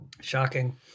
Shocking